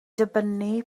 dibynnu